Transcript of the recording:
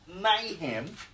mayhem